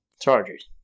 Chargers